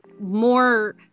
more